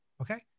Okay